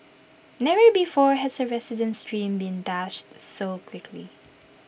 never before has A resident's dream been dashed so quickly